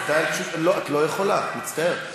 לא, את לא יכולה, מצטער.